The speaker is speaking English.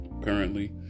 currently